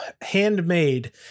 handmade